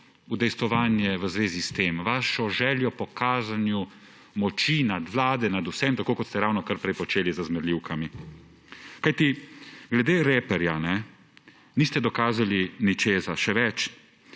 udejstvovanje v zvezi s tem, svojo željo po kazanju moči, nadvlade nad vsem, tako kot ste ravnokar prej počeli z zmerljivkami? Kajti glede reperja niste dokazali ničesar. Še več,